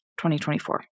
2024